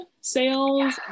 sales